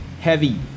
heavy